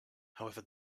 however